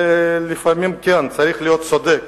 לפעמים כן, צריך להיות צודק,